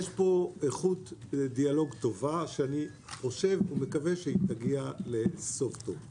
יש פה איכות דיאלוג טובה שאני חושב ומקווה שהיא תגיע לסוף טוב.